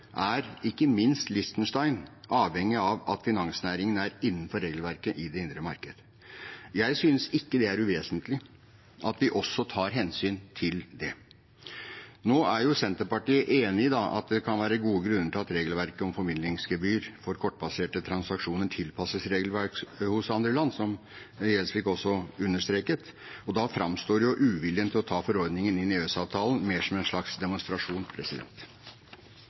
er ikke minst Liechtenstein avhengig av at finansnæringen er innenfor regelverket i det indre marked. Jeg synes ikke det er uvesentlig at vi også tar hensyn til det. Nå er jo Senterpartiet enig i «at det kan være gode grunner til at det norske regelverket om formidlingsgebyr for kortbaserte transaksjoner tilpasses regelverket hos andre land», som Gjelsvik også understreket. Da framstår uviljen til å ta forordningen inn i EØS-avtalen mer som en slags demonstrasjon.